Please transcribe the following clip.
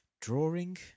drawing